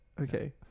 Okay